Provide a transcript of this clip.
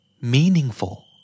Meaningful